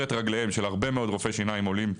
את רגליהם של הרבה מאוד רופאי שיניים עולים,